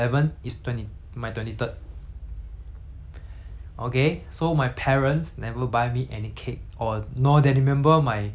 okay so my parents never buy me any cake or nor they remember my my birthday then like